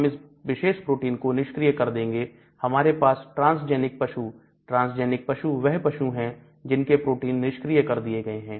हम इस विशेष प्रोटीन को निष्क्रिय कर देंगे हमारे पास ट्रांसजेनिक पशु ट्रांसजेनिक पशु वह पशु है जिनके प्रोटीन निष्क्रिय कर दिए गए हैं